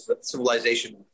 civilization